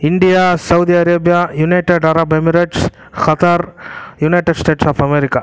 India Saudi Arabia United Arab Emirates Qatar United States of America